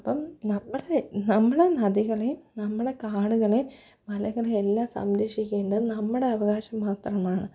അപ്പോള് നമ്മുടെ നമ്മളെ നദികളെ നമ്മളെ കാടുകളെ മലകളെ എല്ലാം സംരക്ഷിക്കേണ്ടത് നമ്മുടെ അവകാശം മാത്രമാണ്